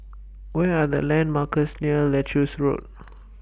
What Are The landmarks near Leuchars Road